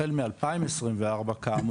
החל מ- 2024 כאמור,